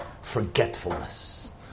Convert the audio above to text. Forgetfulness